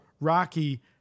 rocky